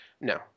No